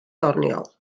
doniol